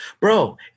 Bro